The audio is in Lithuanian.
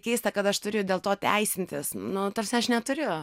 keista kad aš turiu dėl to teisintis nu ta prasme aš neturiu